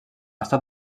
estat